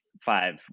five